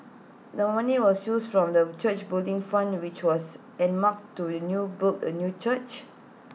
the money was used from the church's Building Fund which was earmarked to with A new boot A new church